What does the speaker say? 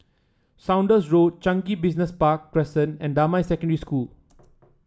Saunders Road Changi Business Park Crescent and Damai Secondary School